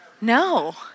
No